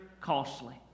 costly